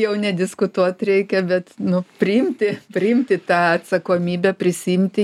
jau nediskutuot reikia bet nu priimti priimti tą atsakomybę prisiimti